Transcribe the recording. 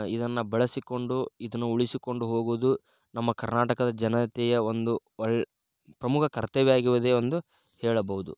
ಇದನ್ನು ಬಳಸಿಕೊಂಡು ಇದನ್ನು ಉಳಿಸಿಕೊಂಡು ಹೋಗುವುದು ನಮ್ಮ ಕರ್ನಾಟಕದ ಜನತೆಯ ಒಂದು ಒಳ್ಳೆ ಪ್ರಮುಖ ಕರ್ತವ್ಯವಾಗಿದೆ ಎಂದು ಹೇಳಬೌದು